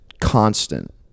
constant